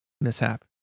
mishap